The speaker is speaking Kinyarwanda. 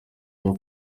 bwo